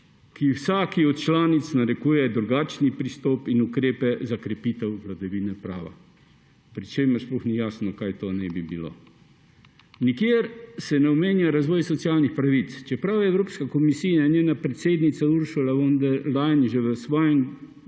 ki vsaki od članic narekuje drugačen pristop in ukrepe za krepitev vladavine prava, pri čemer sploh ni jasno, kaj to naj bi bilo. Nikjer se ne omenja razvoja socialnih pravic, čeprav je Evropska komisija in njena predsednica Ursula von der Leyen že v svojem